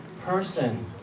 person